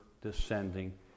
descending